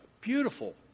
beautiful